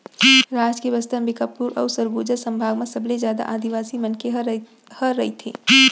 राज के बस्तर, अंबिकापुर अउ सरगुजा संभाग म सबले जादा आदिवासी मनखे ह रहिथे